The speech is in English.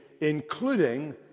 including